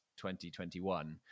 2021